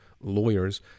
lawyers